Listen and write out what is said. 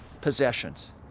possessions